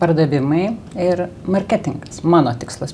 pardavimai ir marketingas mano tikslas